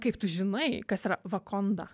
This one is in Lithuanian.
kaip tu žinai kas yra vakonda